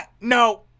no